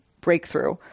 breakthrough